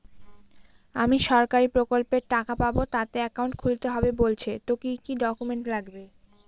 আমি সরকারি প্রকল্পের টাকা পাবো তাতে একাউন্ট খুলতে হবে বলছে তো কি কী ডকুমেন্ট লাগবে?